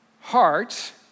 heart